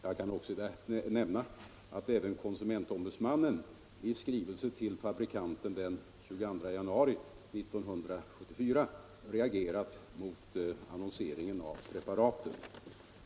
Jag kan också nämna att även konsumentombudsmannen i skrivelse till fabrikanten den 22 januari 1974 reagerat mot annonseringen av preparaten.